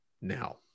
now